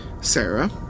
Sarah